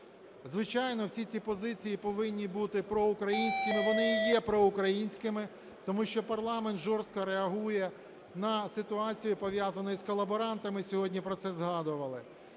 Звичайно, всі ці позиції повинні бути проукраїнськими, вони і є проукраїнськими, тому що парламент жорстко реагує на ситуацію, пов'язану із колаборантами, сьогодні про це згадували.